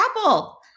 Apple